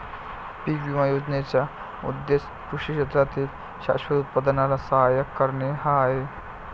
पीक विमा योजनेचा उद्देश कृषी क्षेत्रातील शाश्वत उत्पादनाला सहाय्य करणे हा आहे